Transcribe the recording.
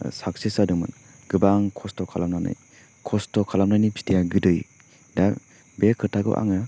success जादोंमोन गोबां खस्थ' खालामनानै खस्थ' खालामनायनि फिथाइया गोदै दा बे खोथाखौ आङो